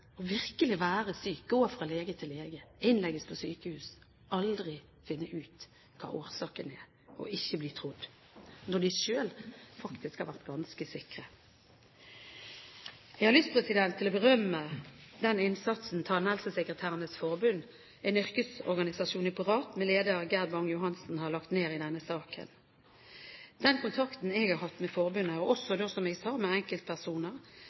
være virkelig syk, gå fra lege til lege, innlegges på sykehus hvor man aldri finner ut av hva årsaken er, og ikke bli trodd når man selv faktisk har vært ganske sikker. Jeg har lyst til å berømme den innsatsen Tannhelsesekretærenes Forbund, en yrkesorganisasjon i Parat, med leder Gerd Bang-Johansen, har lagt ned i denne saken. Den kontakten jeg har hatt med forbundet, og også, som jeg sa, med enkeltpersoner,